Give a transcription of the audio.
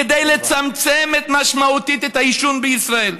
כדי לצמצם משמעותית את העישון בישראל.